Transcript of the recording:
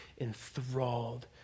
enthralled